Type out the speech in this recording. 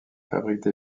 fabrique